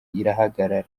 irahagarara